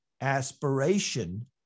aspiration